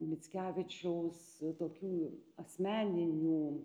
mickevičiaus tokių asmeninių